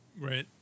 Right